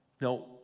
Now